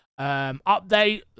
update